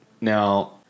Now